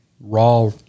raw